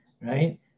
right